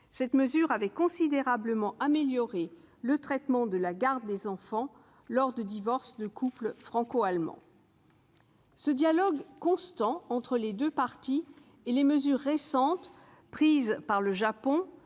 Cette mesure avait considérablement amélioré le traitement de la garde des enfants lors du divorce de couples franco-allemands. Ce dialogue constant entre les deux parties et les mesures récentes prises par le Japon